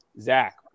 Zach